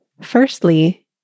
Firstly